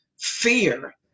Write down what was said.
fear